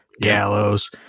gallows